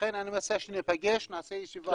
לכן אני מציע שניפגש ונעשה ישיבה.